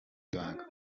y’ibanga